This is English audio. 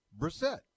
Brissette